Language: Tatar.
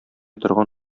торган